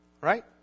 Right